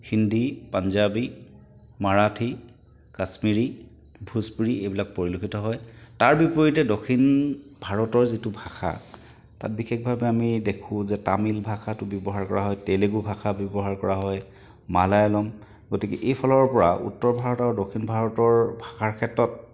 হিন্দী পাঞ্জাবী মাৰাঠী কাশ্মীৰি ভোজপুৰি এইবিলাক পৰিলক্ষিত হয় তাৰ বিপৰীতে দক্ষিণ ভাৰতৰ যিটো ভাষা তাত বিশেষভাৱে আমি দেখোঁ যে তামিল ভাষাটো ব্যৱহাৰ কৰা হয় তেলেগু ভাষা ব্যৱহাৰ কৰা হয় মালায়লম গতিকে এইফালৰ পৰা উত্তৰ ভাৰতৰ আৰু দক্ষিণ ভাৰতৰ ভাষাৰ ক্ষেত্ৰত